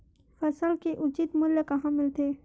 फसल के उचित मूल्य कहां मिलथे?